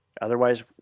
Otherwise